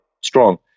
strong